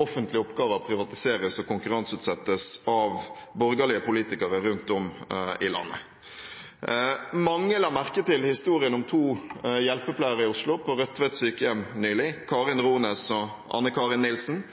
offentlige oppgaver privatiseres og konkurranseutsettes av borgerlige politikere rundt om i landet. Mange la merke til historien om to hjelpepleiere nylig, på Rødtvet sykehjem i Oslo, Karin Rones og Anne Karin Nilsen,